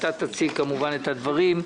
אתה תציג כמובן את הדברים.